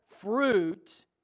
fruit